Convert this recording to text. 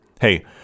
Hey